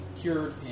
cured